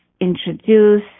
introduce